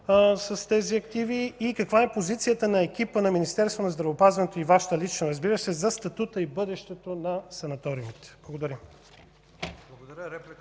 с тези активи и каква е позицията на екипа на Министерството на здравеопазването и Вашата лична, разбира се, за статута и бъдещето на санаториумите? Благодаря.